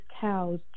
cows